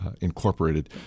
Incorporated